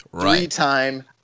Three-time